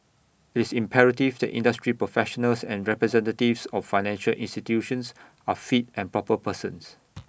it's imperative that industry professionals and representatives of financial institutions are fit and proper persons